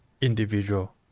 individual